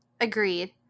Agreed